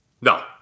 No